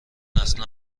اصلا